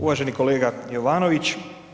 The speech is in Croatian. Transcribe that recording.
Uvaženi kolega Jovanović.